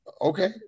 Okay